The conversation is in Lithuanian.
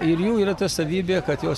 ir jų yra ta savybė kad jos